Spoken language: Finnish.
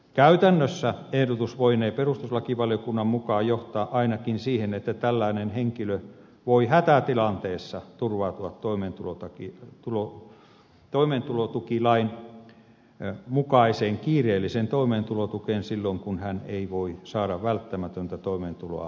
käytännössä ehdotus voinee perustuslakivaliokunnan mukaan johtaa ainakin siihen että tällainen henkilö voi hätätilanteessa turvautua toimeentulotukilain mukaiseen kiireelliseen toimeentulotukeen silloin kun hän ei voi saada välttämätöntä toimeentuloa muulla tavalla